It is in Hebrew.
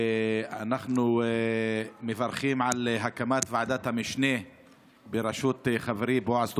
ואנחנו מברכים על הקמת ועדת המשנה בראשות חברי בועז טופורובסקי,